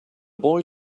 boy